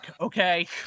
okay